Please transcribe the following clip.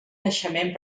naixement